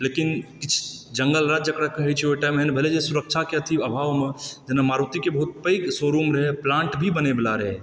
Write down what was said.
लेकिन जंगल राज जकरा कहै छै ओहि टाइम मे एहन भेलै जे सुरक्षा के अथी अभाव मे जेना मारुति के बहुत पैघ शोरूम रहै प्लांट भी बनय वला रहै